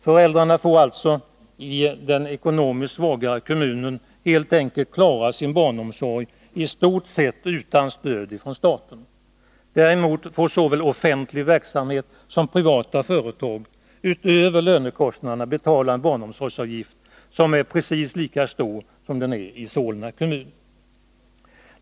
Föräldrarna får i den ekonomiskt svagare kommunen helt enkelt klara sin barnomsorg i stort sett utan stöd från staten. Däremot får såväl offentlig verksamhet som privata företag utöver lönekostnaderna betala en barnomsorgsavgift som är precis lika stor som den är i Solna kommun.